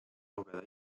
lugeda